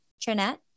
Trinette